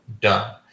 Done